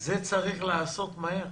זה צריך לעשות מהר.